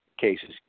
cases